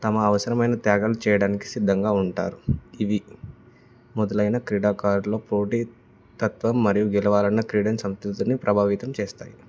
తమ అవసరమైన త్యాగాలు చేయడానికి సిద్ధంగా ఉంటారు ఇవి మొదలైన క్రీడాకారులో పోటీతత్వం మరియు గెలవాలన్న క్రీడా సంతతిని ప్రభావితం చేస్తాయి